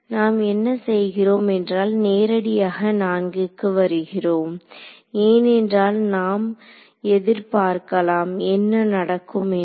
நாம் என்ன செய்கிறோம் என்றால் நேரடியாக 4 க்கு வருகிறோம் ஏனென்றால் நாம் எதிர்பார்க்கலாம் என்ன நடக்கும் என்று